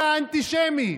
אתה אנטישמי.